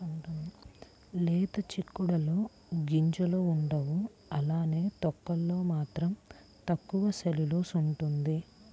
లేత చిక్కుడులో గింజలుండవు అలానే తొక్కలలో మాత్రం తక్కువ సెల్యులోస్ ఉంటుంది